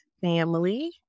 family